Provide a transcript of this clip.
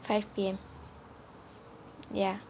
five P_M ya